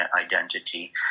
identity